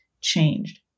changed